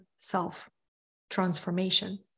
self-transformation